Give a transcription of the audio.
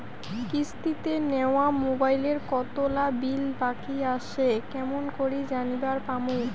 কিস্তিতে নেওয়া মোবাইলের কতোলা বিল বাকি আসে কেমন করি জানিবার পামু?